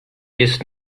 best